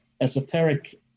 esoteric